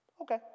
Okay